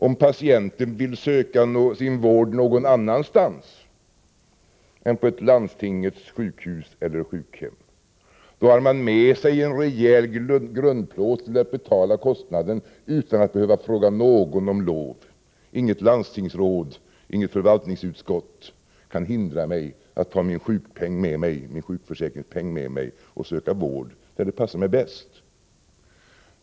Om patienten vill söka sin vård någon annanstans än i ett landstingets sjukhus eller sjukhem har han med sig en rejäl grundplåt till att betala kostnaden utan att behöva fråga någon om lov. Inget landstingsråd, inget förvaltningsutskott kan hindra mig att ta min sjukförsäkringspeng med mig och söka vård där det passar mig bäst.